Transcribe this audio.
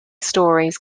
stories